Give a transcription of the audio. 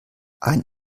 ein